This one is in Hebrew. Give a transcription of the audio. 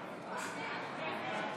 נתקבלה.